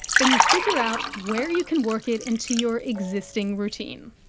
then you figure out where you can work it into your existing routine.